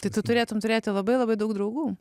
tai tu turėtumei turėti labai labai daug draugų